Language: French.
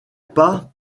pas